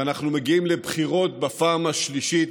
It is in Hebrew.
ואנחנו מגיעים לבחירות בפעם השלישית,